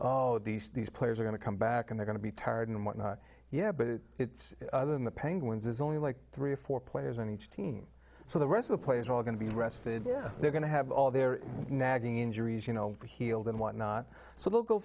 oh these these players are going to come back and are going to be tired and whatnot yeah but it's other than the penguins is only like three or four players on each team so the rest of the players are all going to be rested they're going to have all their nagging injuries you know healed and whatnot so they'll go